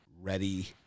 ready